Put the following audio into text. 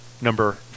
number